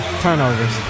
turnovers